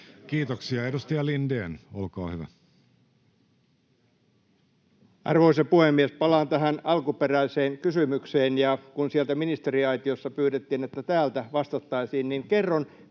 Lindtman sd) Time: 16:14 Content: Arvoisa puhemies! Palaan tähän alkuperäiseen kysymykseen, ja kun sieltä ministeriaitiosta pyydettiin, että täältä vastattaisiin, niin kerron,